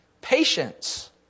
Patience